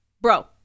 bro